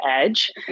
edge